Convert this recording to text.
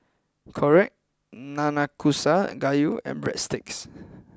Korokke Nanakusa Gayu and Breadsticks